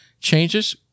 changes